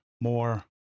more